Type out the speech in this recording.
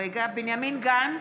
בנימין גנץ,